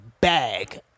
bag